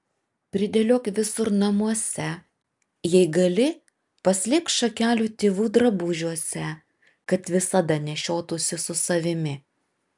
pridėliok visur namuose jei gali paslėpk šakelių tėvų drabužiuose kad visada nešiotųsi su savimi